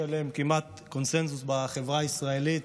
עליהם כמעט קונסנזוס בחברה הישראלית